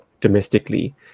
domestically